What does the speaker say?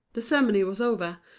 the ceremony was over,